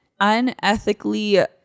Unethically